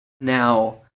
Now